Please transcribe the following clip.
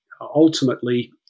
ultimately